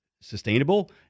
sustainable